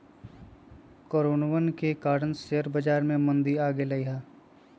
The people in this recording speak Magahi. कोरोनवन के कारण शेयर बाजार में मंदी आ गईले है